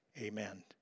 Amen